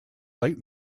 late